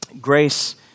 Grace